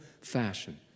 fashion